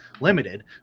limited